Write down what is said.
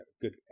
good